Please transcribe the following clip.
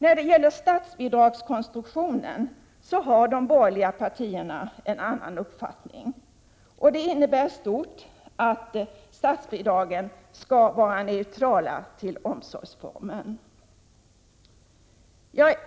När det gäller statsbidragskonstruktionen har de borgerliga partierna en annan uppfattning än vi. Det innebär i stort att statsbidragen skall vara neutrala till omsorgsformen.